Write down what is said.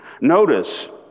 Notice